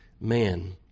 man